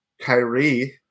Kyrie